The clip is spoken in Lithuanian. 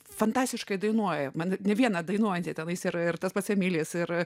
fantastiškai dainuoja man ne vieną dainuojantį tavais ir ir tas pats emilės ir